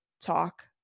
talk